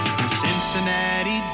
Cincinnati